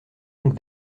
donc